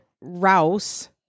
Rouse